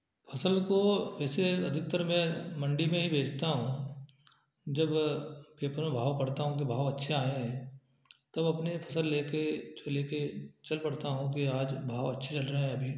फसल को वैसे अधिकतर मैं मंडी में ही बेचता हूँ जब पेपर में भाव पढ़ता हूँ तो भाव अच्छे आए हैं तब मैं अपने फसल लेकर तो लेकर चल पड़ता हूँ कि आज भाव अच्छे चल रहे हैं अभी